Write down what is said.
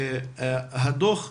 הדוח,